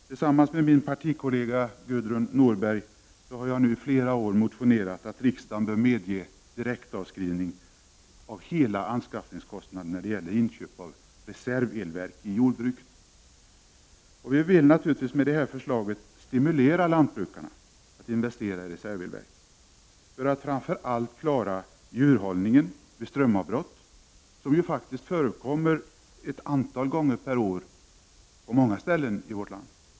Tillsammans med min partikollega Gudrun Norberg har jag under flera år motionerat om att riksdagen bör medge direktavskrivning av hela anskaffningskostnaderna när det gäller inköp av reservelverk i jordbruket. Syftet med vårt förslag är att stimulera lantbrukarna till att investera i reservelverk för att de skall kunna klara framför allt djurhållningen vid strömavbrott, som ju förekommer ett antal gånger per år på många ställen i vårt land.